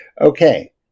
Okay